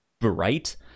bright